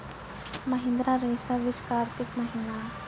महिंद्रा रईसा बीज कार्तिक महीना?